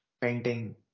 painting